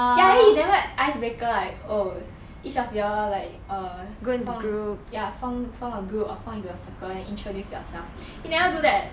ya then he never icebreaker like oh each of you all like err form ya form form a group or form into a circle and introduce yourself he never do that